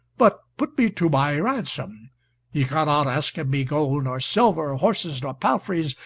but put me to my ransom ye cannot ask of me gold nor silver, horses nor palfreys,